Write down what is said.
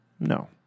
No